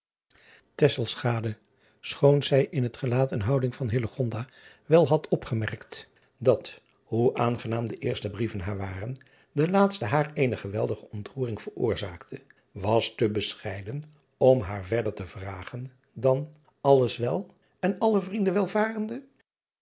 schoon zij in het gelaat en houding driaan oosjes zn et leven van illegonda uisman van wel had opgemerkt dat hoe aangenaam de eerste brieven haar waren de laatste haar eene geweldige ontroering veroorzaakte was te bescheiden om haar verder te vragen dan lles wel en alle vrienden welvarende